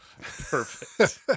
Perfect